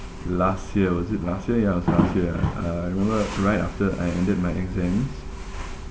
last year was it last year ya it was last year uh remember right after I ended my exams